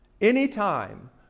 anytime